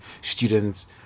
students